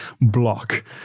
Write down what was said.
block